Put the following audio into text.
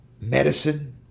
medicine